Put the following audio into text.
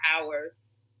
hours